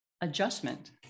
adjustment